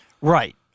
Right